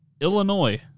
illinois